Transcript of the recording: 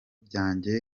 byange